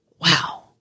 wow